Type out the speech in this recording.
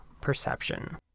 perception